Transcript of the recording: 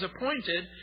appointed